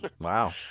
Wow